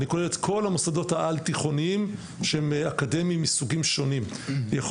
אני כולל את כל המוסדות העל-תיכוניים שהם אקדמיים מסוגים שונים יכול